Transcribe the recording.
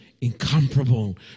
incomparable